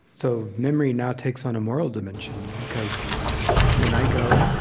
so memory now takes on a moral dimension, because when i go,